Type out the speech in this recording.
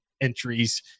entries